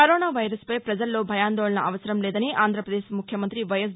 corona virus పై పజల్లో భయాందోళన అవసరం లేదని ఆంధ్రాపదేశ్ ముఖ్యమంతి వైఎస్